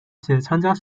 参加